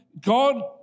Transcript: God